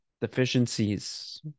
deficiencies